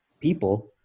people